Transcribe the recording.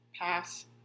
Pass